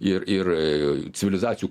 ir ir civilizacijų